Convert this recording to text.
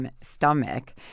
stomach